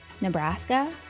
Nebraska